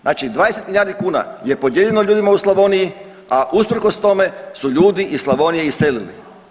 Znači 20 milijardi kuna je podijeljeno ljudima u Slavoniji, a usprkos tome su ljudi iz Slavonije iselili.